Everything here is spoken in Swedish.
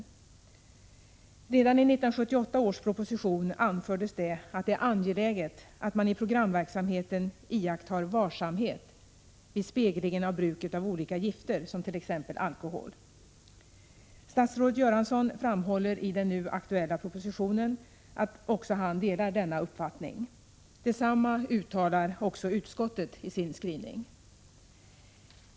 Redan i 1978 års proposition anfördes att det är angeläget att man i programverksamheten iakttar varsamhet vid speglingen av bruket av olika gifter, t.ex. alkohol. Statsrådet Göransson framhåller i den nu aktuella propositionen att också han delar denna uppfattning. Detsamma uttalar också utskottet i sin skrivning.